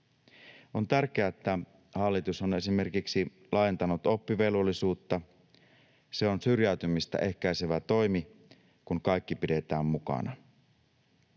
On tärkeää, että hallitus on esimerkiksi laajentanut oppivelvollisuutta. Se on syrjäytymistä ehkäisevä toimi, kun kaikki pidetään mukana.